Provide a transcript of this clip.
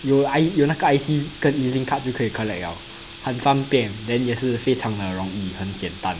有 I 有那个 I_C 跟 E_Z_LINK card 就可以 collect liao 很方便 then 也是非常的容易很简单